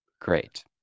Great